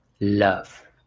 love